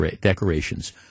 decorations